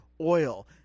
oil